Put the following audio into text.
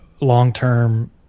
long-term